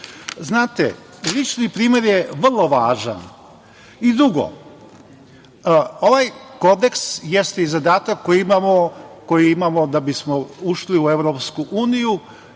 Znate, lični primer je vrlo važan. Drugo, ovaj kodeks jeste i zadatak koji imamo da bismo ušli u Evropsku uniju